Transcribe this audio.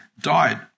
died